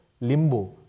limbo